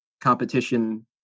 competition